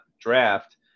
draft